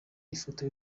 ifoto